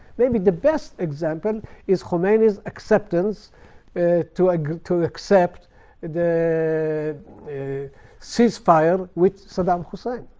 maybe the best example is khomeini's acceptance to ah to accept the ceasefire with saddam hussein,